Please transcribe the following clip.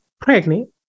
pregnant